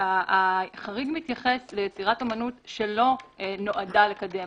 החריג מתייחס ליצירת אומנות שלא נועדה לקדם